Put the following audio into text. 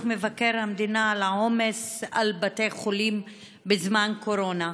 מבקר המדינה על העומס בבתי חולים בזמן הקורונה.